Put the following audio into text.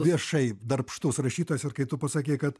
viešai darbštus rašytojas ir kai tu pasakei kad